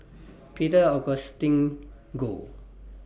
Peter Augustine Goh